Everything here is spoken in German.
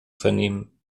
vernehmen